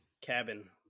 cabin